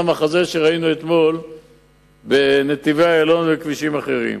המחזה שראינו אתמול בנתיבי-איילון ובכבישים אחרים.